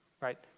right